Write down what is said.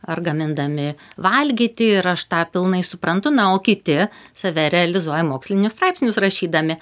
ar gamindami valgyti ir aš tą pilnai suprantu na o kiti save realizuoja mokslinius straipsnius rašydami